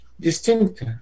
distinct